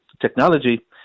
technology